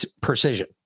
Precision